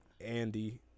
Andy